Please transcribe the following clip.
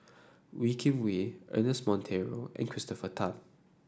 Wee Kim Wee Ernest Monteiro and Christopher Tan